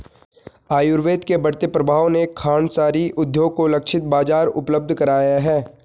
आयुर्वेद के बढ़ते प्रभाव ने खांडसारी उद्योग को लक्षित बाजार उपलब्ध कराया है